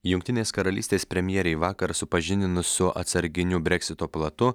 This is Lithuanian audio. jungtinės karalystės premjerei vakar supažindino su atsarginiu breksito platu